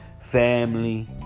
Family